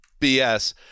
BS